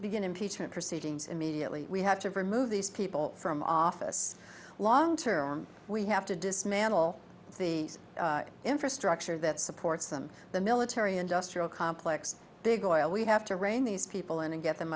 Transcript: begin impeachment proceedings immediately we have to remove these people from office long term we have to dismantle the infrastructure that supports them the military industrial complex big oil we have to rein these people in and get them